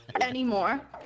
Anymore